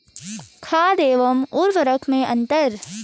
खाद एवं उर्वरक में अंतर?